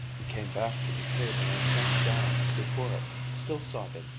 he came back to the table, and sank down before it, still sobbing,